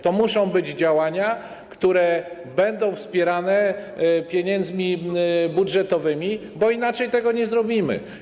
To muszą być działania, które będą wspierane z pieniędzy budżetowych, bo inaczej tego nie zrobimy.